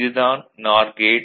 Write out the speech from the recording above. இது தான் NOR gate